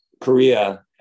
Korea